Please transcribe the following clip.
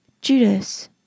Judas